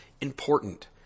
important